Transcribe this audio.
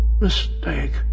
Mistake